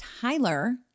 Tyler